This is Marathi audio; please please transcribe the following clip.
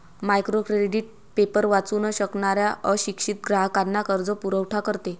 मायक्रो क्रेडिट पेपर वाचू न शकणाऱ्या अशिक्षित ग्राहकांना कर्जपुरवठा करते